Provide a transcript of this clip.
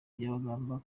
byabagamba